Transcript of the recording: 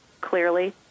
clearly